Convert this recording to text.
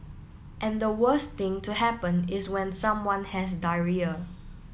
and the worst thing to happen is when someone has diarrhoea